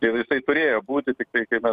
ir jisai turėjo būti tiktai kaip mes